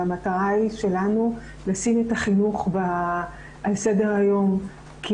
המטרה שלנו היא לשים את החינוך על סדר היום כי